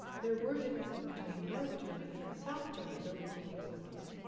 there were differences between north german and south german building techniques, however,